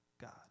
God